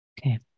Okay